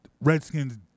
Redskins